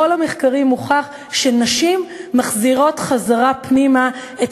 בכל המחקרים הוכח שנשים מחזירות פנימה את